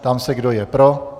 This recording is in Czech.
Ptám se, kdo je pro.